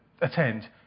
attend